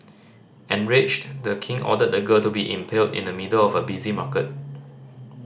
enraged The King ordered the girl to be impaled in the middle of a busy market